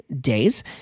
days